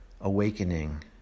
awakening